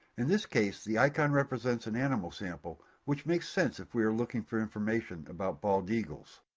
in this case, the icon represents an animal sample which makes sense if we are looking for information about bald eagles.